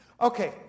Okay